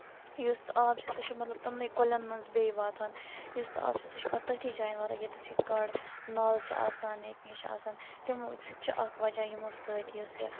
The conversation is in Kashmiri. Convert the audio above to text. یُس آب چھِ سُہ چھِ مطلب تمنٕے کُلٮ۪ن مَنز بیٚیہِ واتان یُس آب چھِ سُہ چھِ تٔتھی جایَن واتان ییٚتٮ۪س یہِ گاڈٕ نالہٕ چھِ آسان یا کیٚنٛہہ چھِ آسان تِم سُہ تہِ چھُ اَکھ وجہہ یِمو سۭتۍ یُس یہِ